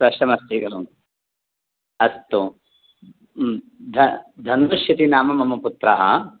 स्पष्टमस्ति खलु अस्तु ध धनुशतिः नाम मम पुत्रः